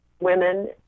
Women